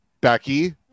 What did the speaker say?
Becky